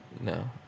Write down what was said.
no